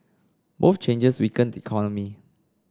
both changes weaken the economy